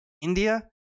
India